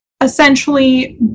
essentially